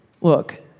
Look